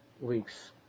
weeks